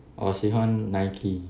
我喜欢 Nike